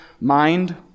mind